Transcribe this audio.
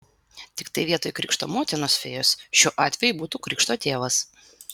tiktai vietoj krikšto motinos fėjos šiuo atveju būtų krikšto tėvas